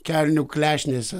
kelnių klešnėse